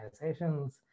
organizations